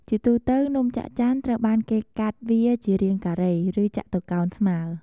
ជាទូទៅ នំច័ក្កច័នត្រូវបានគេកាត់វាជារាងការ៉េ ឬចតុកោណស្មើ។